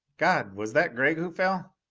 god! was that gregg who fell?